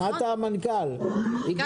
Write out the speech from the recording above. המנכ"ל, היא ביקשה דיון אצלך על המגזר הכפרי.